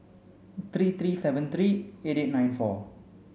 three three seven three eight eight nine four